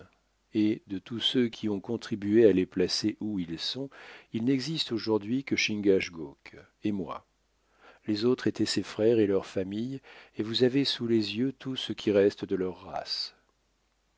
et de tous ceux qui ont contribué à les placer où ils sont il n'existe aujourd'hui que chingachgook et moi les autres étaient ses frères et leur famille et vous avez sous les yeux tout ce qui reste de leur race